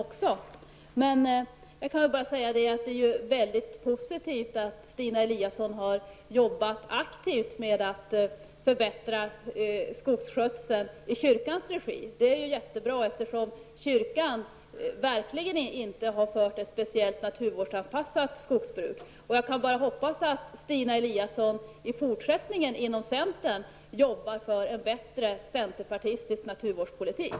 Det är dock mycket positivt att Stina Eliasson har jobbat aktivt med att förbättra skogsskötseln i kyrkans regi. Det är mycket bra eftersom kyrkan verkligen inte har drivit ett särskilt naturvårdsanpassat skogsbruk. Jag kan bara hoppas att Stina Eliasson i fortsättningen inom centern jobbar för en bättre centerpartistisk naturvårdspolitik.